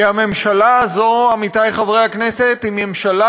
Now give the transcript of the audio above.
כי הממשלה הזאת, עמיתי חברי הכנסת, היא ממשלה